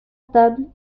table